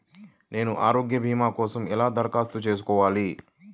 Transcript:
నేను ఆరోగ్య భీమా కోసం ఎలా దరఖాస్తు చేసుకోవాలి?